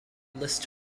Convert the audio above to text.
list